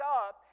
up